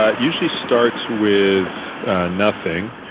ah usually starts with nothing,